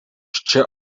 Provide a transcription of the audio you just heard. čia